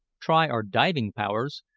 try our diving powers,